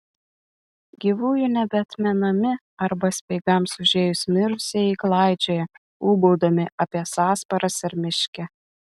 gyvųjų nebeatmenami arba speigams užėjus mirusieji klaidžioja ūbaudami apie sąsparas ir miške